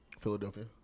Philadelphia